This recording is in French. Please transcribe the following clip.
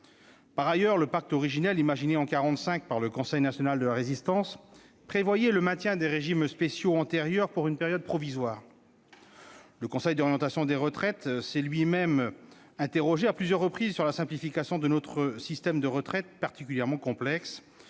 Par ailleurs, le pacte originel imaginé en 1945 par le Conseil national de la Résistance prévoyait le maintien des régimes spéciaux antérieurs pour une période provisoire. Le COR s'est lui-même interrogé à plusieurs reprises sur la simplification de notre système de retraite particulièrement complexe.